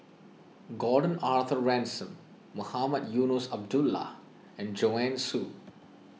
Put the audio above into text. Gordon Arthur Ransome Mohamed Eunos Abdullah and Joanne Soo